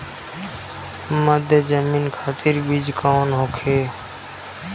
मध्य जमीन खातिर बीज कौन होखे?